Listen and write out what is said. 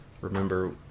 remember